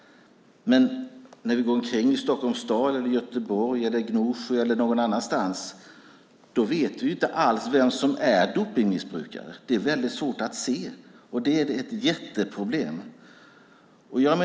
Men när vi går omkring i Stockholm, Göteborg, Gnosjö eller någon annanstans vet vi inte alls vem som är dopningsmissbrukare. Det är väldigt svårt att se. Det är ett jätteproblem.